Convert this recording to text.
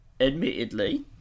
Admittedly